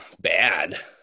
bad